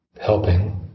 helping